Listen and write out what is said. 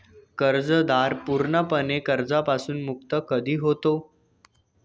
कर्जदार पूर्णपणे कर्जापासून मुक्त कधी होतो?